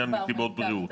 מסיבות בריאות.